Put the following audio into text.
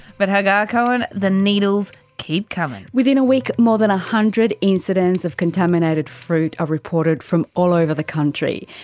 but hagar cohen, the needles keep coming. within a week, more than one hundred incidents of contaminated fruit are reported from all over the country,